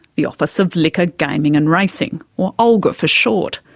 the office of liquor, gaming and racing, or olgr for short.